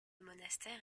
monastère